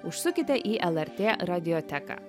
užsukite į lrt radioteką